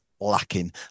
lacking